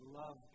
love